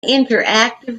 interactive